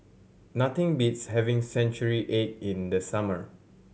nothing beats having century egg in the summer